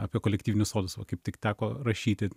apie kolektyvinius sodus va kaip tik teko rašyti